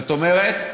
זאת אומרת,